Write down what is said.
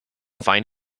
find